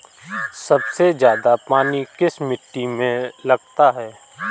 सबसे ज्यादा पानी किस मिट्टी में लगता है?